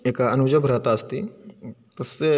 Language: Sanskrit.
एका अनुज भ्राता अस्ति तस्य